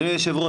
אדוני היו"ר,